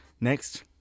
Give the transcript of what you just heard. Next